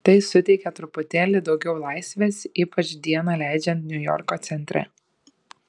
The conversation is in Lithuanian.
tai suteikia truputėlį daugiau laisvės ypač dieną leidžiant niujorko centre